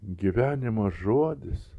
gyvenimo žodis